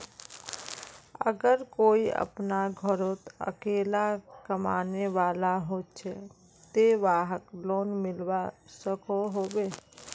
अगर कोई अपना घोरोत अकेला कमाने वाला होचे ते वाहक लोन मिलवा सकोहो होबे?